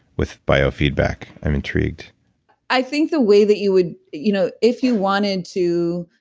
with biofeedback, i'm intrigued i think the way that you would. you know if you wanted to